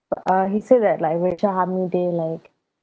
uh he say that like racial harmony day like